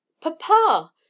papa